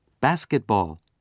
Basketball